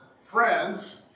Friends